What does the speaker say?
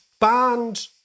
banned